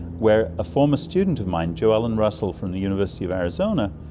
where a former student of mine, joellen russell from the university of arizona,